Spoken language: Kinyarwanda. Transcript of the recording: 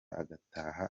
agataha